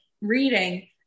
reading